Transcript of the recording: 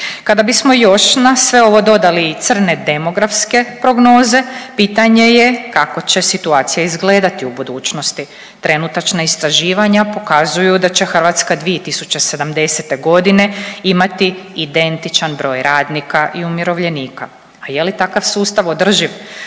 Kada bismo još na sve ovo dodali i crne demografske prognoze pitanje je kako će situacija izgledati u budućnosti. Trenutačna istraživanja pokazuju da će Hrvatska 2070. godine imati identičan broj radnika i umirovljenika. Pa je li takav sustav održiv